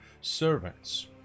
servants